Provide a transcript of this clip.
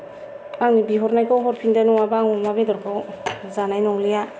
आं बिहरनायखौ नङाब्ला आं अमा बेदरखौ जानाय नंलिया